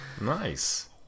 Nice